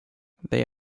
they